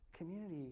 community